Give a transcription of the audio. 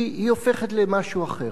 היא הופכת למשהו אחר.